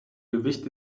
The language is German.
gewicht